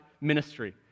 ministry